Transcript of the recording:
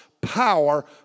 power